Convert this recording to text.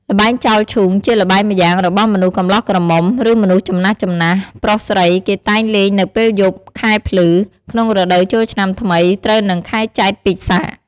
ល្បែងចោលឈូង ជាល្បែងម្យ៉ាង របស់មនុស្សកំលោះក្រមុំ ឬមនុស្សចំណាស់ៗ ប្រុសស្រី គេតែងលេងនៅពេលយប់ ខែភ្លឺ ក្នុងរដូវចូលឆ្នាំថ្មី ត្រូវនិង ខែចេត្រ ពិសាខ។